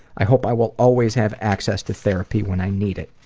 i hope i will always have access to therapy when i need it.